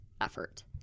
effort